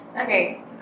Okay